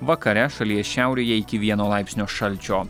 vakare šalies šiaurėje iki vieno laipsnio šalčio